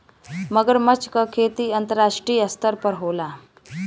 मगरमच्छ क खेती अंतरराष्ट्रीय स्तर पर होला